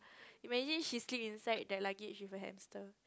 imagine she sleep inside that luggage with a hamster